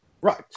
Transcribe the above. Right